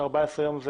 14 ימים,